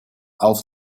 auf